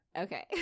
okay